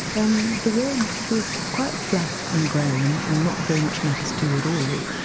and the world feels quite flat and grey and and not very much matters to you at all.